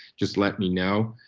just let me know.